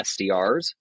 SDRs